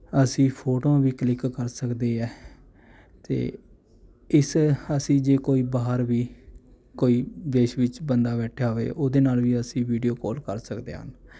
ਅਸੀਂ ਫੋਟੋੇਆਂ ਵੀ ਕਲਿੱਕ ਕਰ ਸਕਦੇ ਹਾਂ ਅਤੇ ਇਸ ਅਸੀਂ ਜੇ ਕੋਈ ਬਾਹਰ ਵੀ ਕੋਈ ਦੇਸ਼ ਵਿੱਚ ਬੰਦਾ ਬੈਠਿਆ ਹੋਏ ਉਹਦੇ ਨਾਲ ਵੀ ਅਸੀਂ ਵੀਡੀਉ ਕਾਲ ਕਰ ਸਕਦੇ ਹਨ